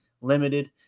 limited